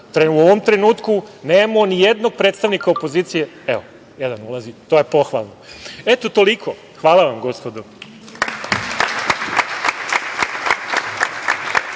u ovom trenutku nemamo ni jednog predstavnika opozicije. Evo, jedan ulazi, to je pohvalno. Eto, toliko. Hvala vam, gospodo.